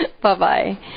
Bye-bye